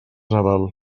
nadal